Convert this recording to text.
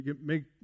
make